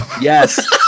yes